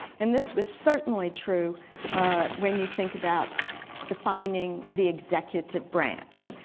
and this was certainly true when you think about defining the executive branch.